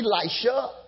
Elisha